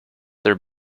their